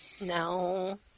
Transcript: No